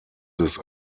this